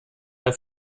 der